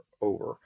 over